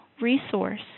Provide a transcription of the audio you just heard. resource